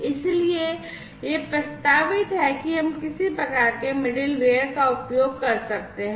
इसलिए यह प्रस्तावित है कि हम किसी प्रकार के मिडलवेयर का उपयोग कर सकते हैं